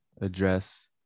address